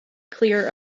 clear